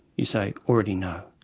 you say already no,